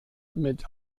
mit